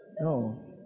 No